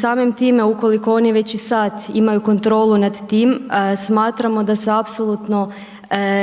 samim time ukoliko oni već i sad imaju kontrolu nad tim, smatramo da se apsolutno